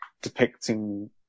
depicting